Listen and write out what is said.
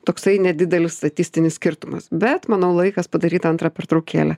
toksai nedidelis statistinis skirtumas bet manau laikas padaryt antrą pertraukėlę